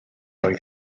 oedd